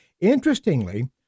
Interestingly